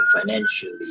financially